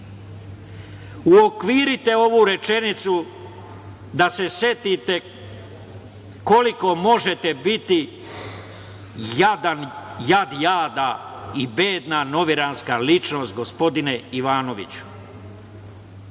Uokvirite ovu rečenicu da se setite koliko možete biti jadan, jad jada i bedna novinarska ličnost gospodine Ivanoviću. Da